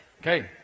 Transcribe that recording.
Okay